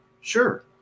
Sure